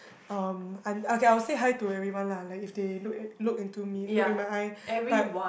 um un~ okay I will say hi to everyone lah like if they look at look into me look at my eye but